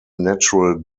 natural